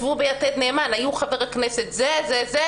ביתד נאמן כתבו שהיה חבר כנסת זה וזה